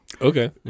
Okay